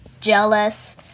jealous